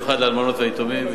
במיוחד לאלמנות וליתומים.